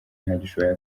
ntagishoboye